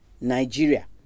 Nigeria